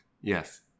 Yes